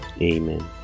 Amen